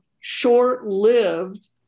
short-lived